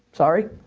sorry,